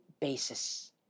basis